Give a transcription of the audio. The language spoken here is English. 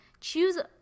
choose